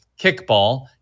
kickball